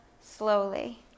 slowly